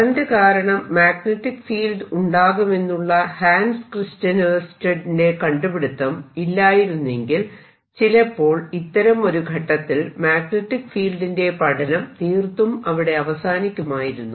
current കാരണം magnetic field ഉണ്ടാകുമെന്നുള്ള Hans Christian Oersted ന്റെ കണ്ടുപിടിത്തം ഇല്ലായിരുന്നെങ്കിൽ ചിലപ്പോൾ ഇത്തരം ഒരു ഘട്ടത്തിൽ മാഗ്നെറ്റിക് ഫീൽഡിന്റെ പഠനം തീർത്തും അവിടെ അവസാനിക്കുമായിരുന്നു